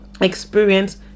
experience